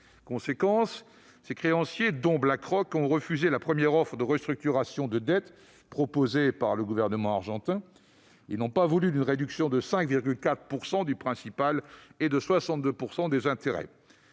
conséquence, ses créanciers, dont BlackRock, ont refusé la première offre de restructuration de la dette proposée par le gouvernement argentin. Ils n'ont pas voulu d'une réduction de 5,4 % du principal et de 62 % des intérêts.